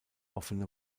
offene